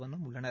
வண்ணம் உள்ளனர்